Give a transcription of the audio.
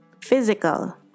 Physical